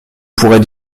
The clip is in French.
pourrait